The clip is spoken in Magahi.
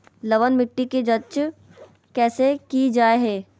लवन मिट्टी की जच कैसे की जय है?